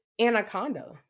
anaconda